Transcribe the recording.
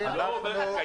מהרפורמה.